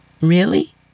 Really